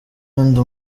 wenda